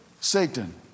Satan